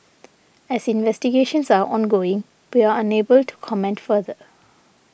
as investigations are ongoing we are unable to comment further